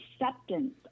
acceptance